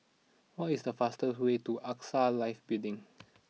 what is the fastest way to Axa Life Building